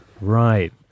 Right